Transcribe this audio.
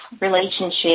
relationship